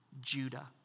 Judah